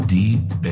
deep